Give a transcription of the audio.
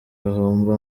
bahomba